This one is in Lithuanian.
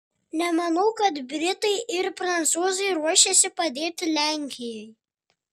nemanau kad britai ir prancūzai ruošiasi padėti lenkijai